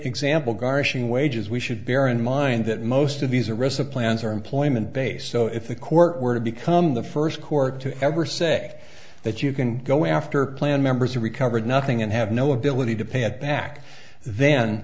example garnishing wages we should bear in mind that most of these arrests of plans are employment based so if the court were to become the first court to ever say that you can go after plan members who recovered nothing and have no ability to pay it back then